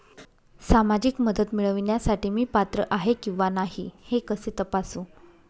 सामाजिक मदत मिळविण्यासाठी मी पात्र आहे किंवा नाही हे कसे तपासू?